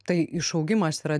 tai išaugimas yra